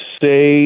say